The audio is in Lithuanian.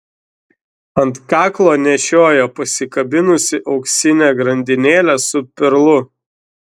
ant kaklo nešiojo pasikabinusi auksinę grandinėlę su perlu